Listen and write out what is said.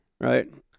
Right